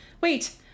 wait